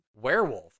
werewolf